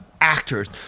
actors